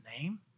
name